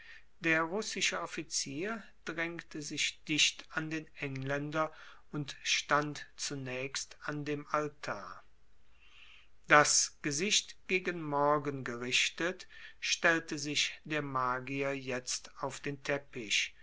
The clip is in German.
der russische offizier drängte sich dicht an den engländer und stand zunächst an dem altar das gesicht gegen morgen gerichtet stellte sich der magier jetzt auf den teppich